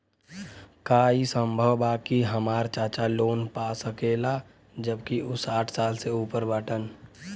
का ई संभव बा कि हमार चाचा लोन पा सकेला जबकि उ साठ साल से ऊपर बाटन?